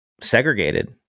segregated